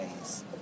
days